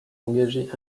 engagées